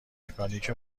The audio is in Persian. مکانیک